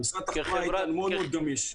משרד התחבורה היה מאוד מאוד גמיש.